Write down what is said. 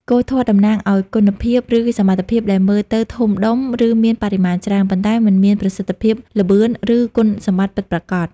គោធាត់តំណាងឲ្យ គុណភាព ឬសមត្ថភាពដែលមើលទៅធំដុំ ឬមានបរិមាណច្រើន ប៉ុន្តែមិនមានប្រសិទ្ធភាព ល្បឿន ឬគុណសម្បត្តិពិតប្រាកដ។